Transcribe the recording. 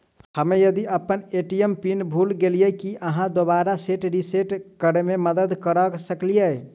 हम्मे यदि अप्पन ए.टी.एम पिन भूल गेलियै, की अहाँ दोबारा सेट रिसेट करैमे मदद करऽ सकलिये?